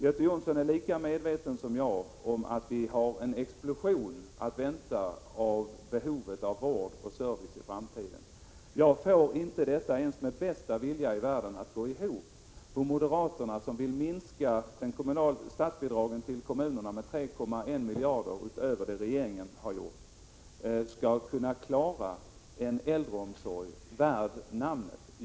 Göte Jonsson är lika väl medveten som jag om att vi har att vänta en explosion av behovet av vård och service i framtiden. Inte ens med bästa vilja i världen får jag det att gå ihop, att moderaterna, som vill minska statsbidragen till kommunerna med 3,1 miljarder utöver regeringens förslag, skall kunna klara en äldreomsorg värd namnet.